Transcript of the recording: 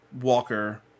Walker